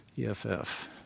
EFF